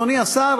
אדוני השר,